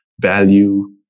value